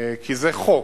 כי זה חוק.